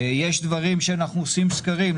יש נושאים שאנחנו עושים בהם סקרים,